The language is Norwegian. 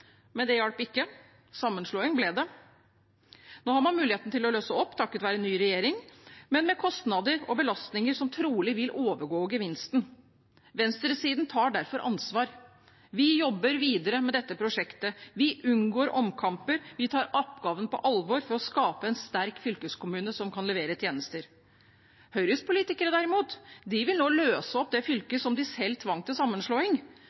det hjalp ikke – sammenslåing ble det. Nå har man muligheten til å løse opp – takket være ny regjering – men med kostnader og belastninger som trolig vil overgå gevinsten. Venstresiden tar derfor ansvar. Vi jobber videre med dette prosjektet, vi unngår omkamper, vi tar oppgaven på alvor for å skape en sterk fylkeskommune som kan levere tjenester. Høyres politikere, derimot, vil nå løse opp det fylket som de selv tvang til sammenslåing.